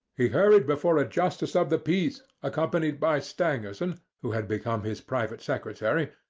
he hurried before a justice of the peace, accompanied by stangerson, who had become his private secretary,